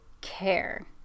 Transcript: care